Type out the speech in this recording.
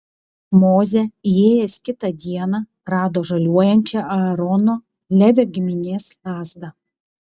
mozė įėjęs kitą dieną rado žaliuojančią aarono levio giminės lazdą